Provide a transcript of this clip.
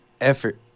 effort